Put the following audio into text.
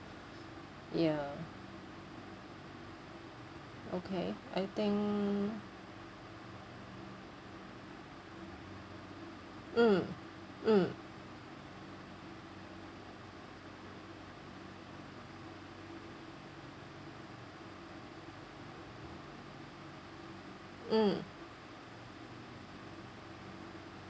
ya okay I think mm mm mm